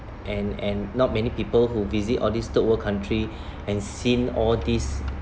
and and not many people who visit all these third world country and seen all these